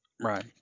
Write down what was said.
Right